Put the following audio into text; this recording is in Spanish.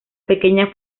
pequeña